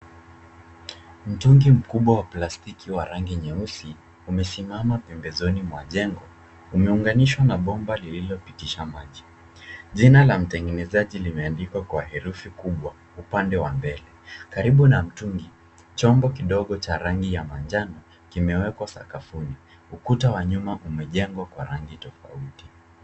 Mtungi mkubwa wa plastiki wa rangi nyeusi, umesimama pembezoni mwa jengo. Umeunganishwa na bomba lililopitisha maji . Jina la mtengenezaji limeandikwa liko kwa herufi kubwa upande wa mbele. Karibu na mtungi, chombo kidogo cha rangi ya manjano kimewekwa sakafuni . Ukuta wa nyuma umejengwa kwa rangi tofauti.